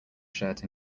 shirt